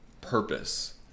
purpose